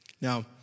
Now